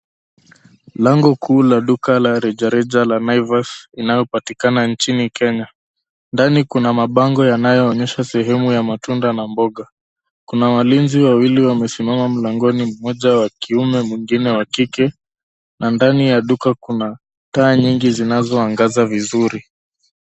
Lango kuu la duka la rejareja la Naivas linalopatikana nchini Kenya. Ndani kuna mabango yanayoonyesha sehemu ya matunda na mboga. Kuna walinzi wawili wamesimama mlangoni mmoja wa kiume mwingine wa kike na ndani ya duka kuna taa nyingi zinazoangaza vizuri